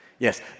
Yes